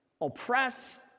oppress